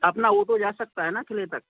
अपना वो तो जा सकता है ना क़िले तक